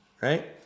Right